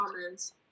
comments